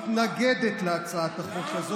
הממשלה מתנגדת להצעת החוק הזאת,